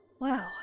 Wow